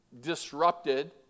disrupted